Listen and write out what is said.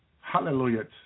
Hallelujah